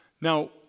Now